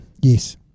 yes